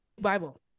Bible